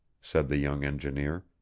said the young engineer.